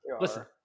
Listen